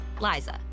Liza